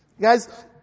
Guys